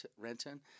Renton